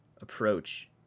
approach